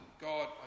God